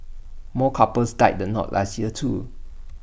more couples tied the knot last year too